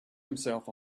himself